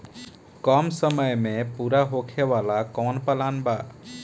कम समय में पूरा होखे वाला कवन प्लान बा?